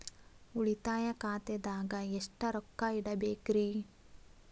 ಉಳಿತಾಯ ಖಾತೆದಾಗ ಎಷ್ಟ ರೊಕ್ಕ ಇಡಬೇಕ್ರಿ?